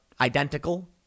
identical